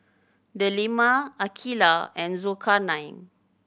Delima Aqeelah and Zulkarnain